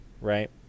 right